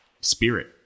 spirit